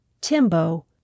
Timbo